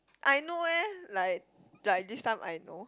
I know eh like like this time I know